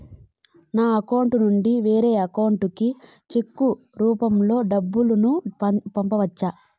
నా అకౌంట్ నుండి వేరే అకౌంట్ కి చెక్కు రూపం లో డబ్బును పంపొచ్చా?